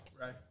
Right